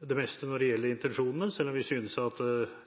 det meste når det gjelder intensjonene, selv om vi synes at